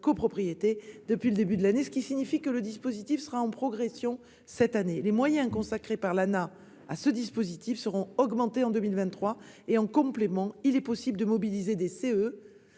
Copropriétés depuis le début de l'année, ce qui signifie que le dispositif sera en progression cette année. Les moyens consacrés par l'Anah à ce dispositif seront augmentés en 2023 et, en complément, il est possible de mobiliser des CEE